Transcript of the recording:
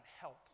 help